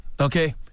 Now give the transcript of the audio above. okay